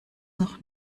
noch